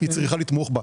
היא צריכה לתמוך בה.